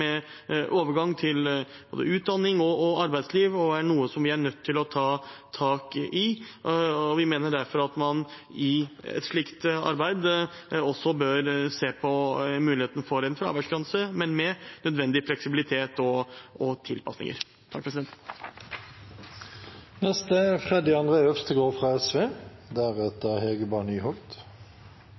med overgang til både utdanning og arbeidsliv, og er noe som vi er nødt til å ta tak i. Vi mener derfor at man i et slikt arbeid også bør se på muligheten for en fraværsgrense, men med nødvendig fleksibilitet og tilpasninger.